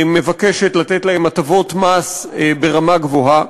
מבקשת לתת להן הטבות מס ברמה גבוהה.